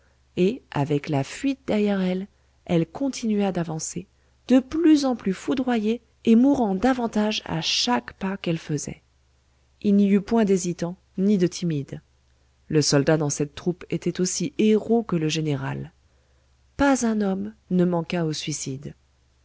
et avec la fuite derrière elle elle continua d'avancer de plus en plus foudroyée et mourant davantage à chaque pas qu'elle faisait il n'y eut point d'hésitants ni de timides le soldat dans cette troupe était aussi héros que le général pas un homme ne manqua au suicide